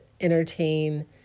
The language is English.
entertain